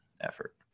effort